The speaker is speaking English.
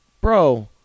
bro